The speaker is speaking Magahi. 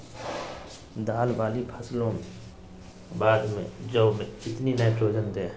दाल वाली फसलों के बाद में जौ में कितनी नाइट्रोजन दें?